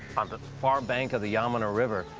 on the far bank of the yamuna river,